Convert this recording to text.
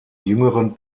jüngeren